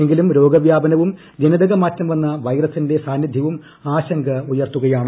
എങ്കിലും രോഗവ്യാപനവും ജനിതകമാറ്റം വന്ന വൈറസിന്റെ സാന്നിദ്ധ്യവും ആശങ്ക ഉയർത്തുകയാണ്